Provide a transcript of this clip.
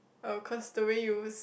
oh cause the way you s~